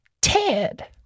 Ted